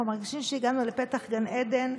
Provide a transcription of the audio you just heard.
אנחנו מרגישים שהגענו לפתח גן עדן.